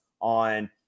on